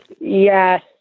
Yes